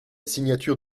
signature